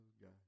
God